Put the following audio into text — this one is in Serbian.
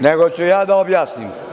Nego ću ja da objasnim.